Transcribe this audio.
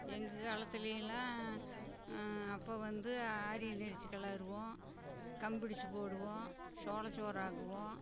எங்கள் காலத்துலை எல்லாம் அப்போ வந்து ஆரியனரிசி கிளருவோம் கம்பு இடிச்சு போடுவோம் சோளச்சோறு ஆக்குவோம்